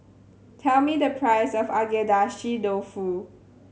tell me the price of Agedashi Dofu